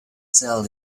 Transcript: sell